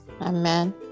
Amen